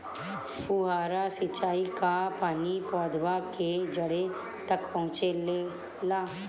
फुहारा सिंचाई का पानी पौधवा के जड़े तक पहुचे ला?